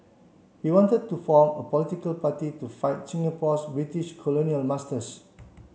he wanted to form a political party to fight Singapore's British colonial masters